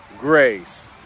Grace